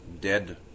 Dead